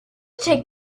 take